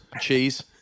cheese